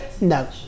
No